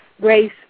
grace